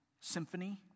symphony